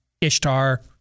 Ishtar